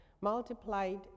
multiplied